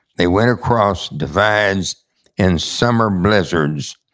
they went across divides in summer blizzards,